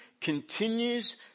continues